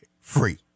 Free